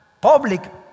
public